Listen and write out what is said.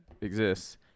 exists